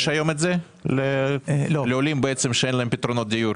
יש את זה היום לעולים שאין להם פתרונות דיור?